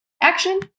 Action